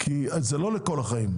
זה לא לכל החיים.